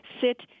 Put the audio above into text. sit